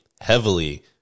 heavily